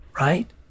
right